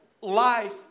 life